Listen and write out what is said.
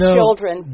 children